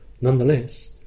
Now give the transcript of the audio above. Nonetheless